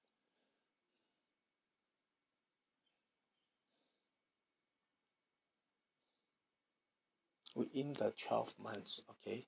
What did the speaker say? within the twelve months okay